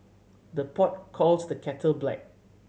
the pot calls the kettle black